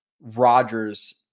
Rodgers